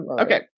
okay